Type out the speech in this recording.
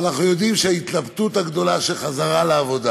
אנחנו יודעים על ההתלבטות הגדולה לגבי חזרה לעבודה